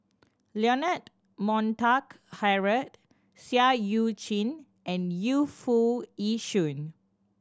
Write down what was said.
Leonard Montague Harrod Seah Eu Chin and Yu Foo Yee Shoon